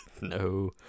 No